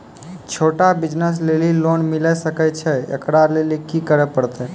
छोटा बिज़नस लेली लोन मिले सकय छै? एकरा लेली की करै परतै